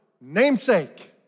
namesake